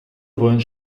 buan